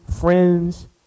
friends